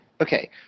Okay